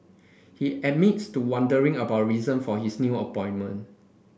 he admits to wondering about reason for his new appointment